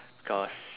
because